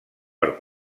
per